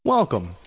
Welcome